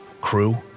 Crew